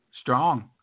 Strong